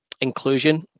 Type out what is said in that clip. inclusion